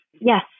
yes